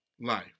life